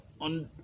on